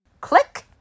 click